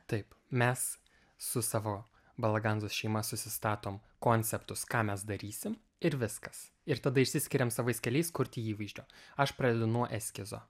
taip mes su savo balaganzos šeima susistatom konceptus ką mes darysim ir viskas ir tada išsiskiriam savais keliais kurti įvaizdžio aš pradedu nuo eskizo